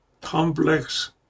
complex